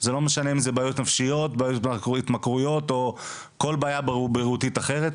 זה לא משנה אם זה בעיות נפשיות או כל בעיה בריאותית אחרת.